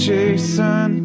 Jason